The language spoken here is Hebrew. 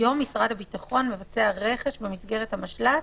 היום משרד הביטחון מבצע רכש במסגרת המשל"ט